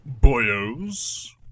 boyos